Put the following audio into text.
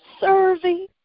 serving